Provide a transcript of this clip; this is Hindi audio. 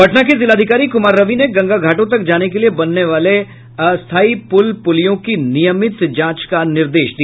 पटना के जिलाधिकारी कुमार रवि ने गंगा घाटों तक जाने के लिए बनने वाले अस्थायी पुल पुलियों की नियमित जांच का निर्देश दिया